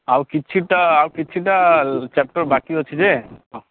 ଆଉ କିଛିଟା ଆଉ କିଛିଟା ଚାପ୍ଟର୍ ବାକି ଅଛି ଯେ ହ